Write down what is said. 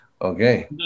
okay